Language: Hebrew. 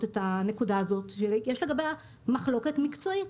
את הנקודה הזאת שיש לגביה מחלוקת מקצועית.